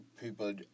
People